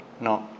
No